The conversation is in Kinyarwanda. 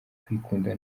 kwikunda